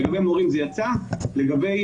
לגבי